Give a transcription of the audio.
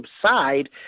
subside